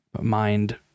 mind